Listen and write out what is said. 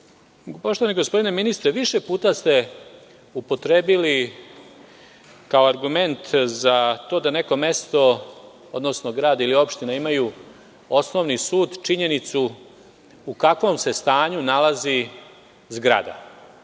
gospodine ministre, više puta ste upotrebili kao argument to da neko mesto, odnosno grad ili opština imaju osnovni sud, činjenicu u kakvom se stanju nalazi zgrada,